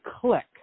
click